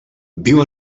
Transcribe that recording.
viu